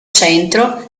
centro